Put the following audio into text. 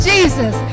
Jesus